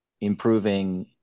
improving